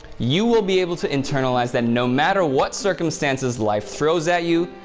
you will be able to internalize that no matter what circumstances life throws at you,